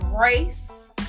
race